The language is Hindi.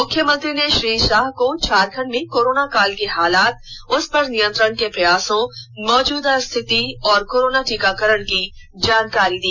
मुख्यमंत्री ने श्री भााह को झारखंड में कोरोन काल के हालात उस पर नियंत्रण के प्रयासोंमौजूदा स्थिति और कोरोना टीकाकरण की जानकारी दी